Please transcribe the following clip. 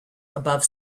above